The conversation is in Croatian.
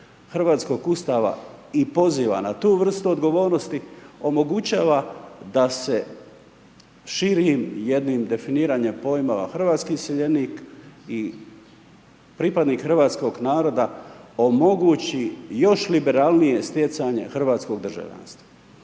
hrvatskog Ustava i poziva na tu vrstu odgovornosti, omogućava da se širi jednim definiranjem pojmova hrvatski iseljenik i pripadnik hrvatskog naroda omogući još liberalnije stjecanje hrvatskog državljanstva.